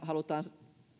halutaan